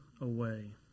away